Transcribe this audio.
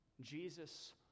Jesus